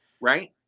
Right